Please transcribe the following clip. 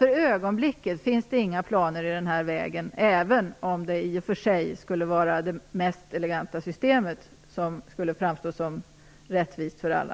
För ögonblicket finns det inga planer i den vägen, även om det i och för sig skulle vara det mest eleganta systemet, som skulle framstå som rättvist för alla.